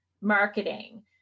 marketing